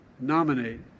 nominate